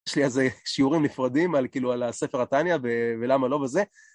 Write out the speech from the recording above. יש לי על זה שיעורים נפרדים, על, כאילו, על ספר התניא ולמה לא, וזה,